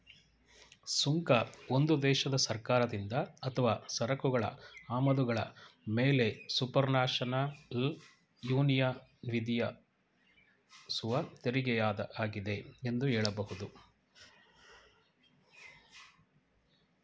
ಸುಂಕ ಒಂದು ದೇಶದ ಸರ್ಕಾರದಿಂದ ಅಥವಾ ಸರಕುಗಳ ಆಮದುಗಳ ಮೇಲೆಸುಪರ್ನ್ಯಾಷನಲ್ ಯೂನಿಯನ್ವಿಧಿಸುವತೆರಿಗೆಯಾಗಿದೆ ಎಂದು ಹೇಳಬಹುದು